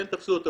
כן תפסו אותו,